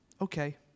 okay